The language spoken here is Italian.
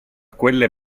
quelle